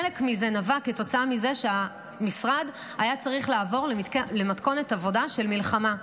חלק מזה נבע כתוצאה מזה שהמשרד היה צריך לעבור למתכונת עבודה של מלחמה,